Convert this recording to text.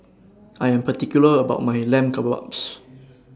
I Am particular about My Lamb Kebabs